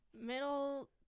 middle